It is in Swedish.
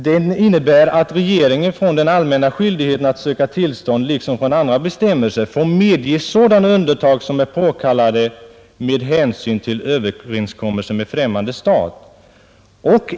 Innebörden är att regeringen från den allmänna skyldigheten att söka tillstånd liksom från andra bestämmelser får medge sådana undantag som är påkallade med hänsyn till överenstämmelse med främmande stats bestämmelser.